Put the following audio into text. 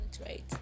right